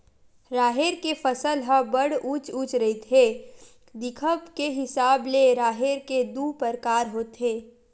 राहेर के फसल ह बड़ उँच उँच रहिथे, दिखब के हिसाब ले राहेर के दू परकार होथे